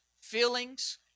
feelings